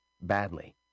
badly